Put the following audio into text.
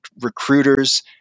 recruiters